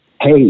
hey